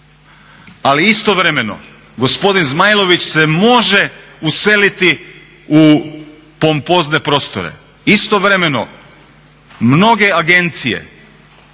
Ali istovremeno gospodin Zmajlović se može useliti u pompozne prostore, istovremeno mnoge agencije